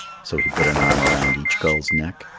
so he put an arm around each gull's neck,